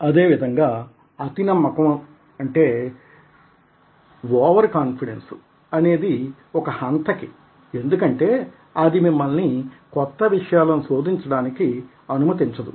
అదే విధంగా అతి నమ్మకం అనేది ఒక హంతకి ఎందుకంటే అది మిమ్మల్ని కొత్త విషయాలను శోధించడానికి అనుమతించదు